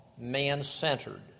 man-centered